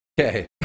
Okay